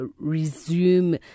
resume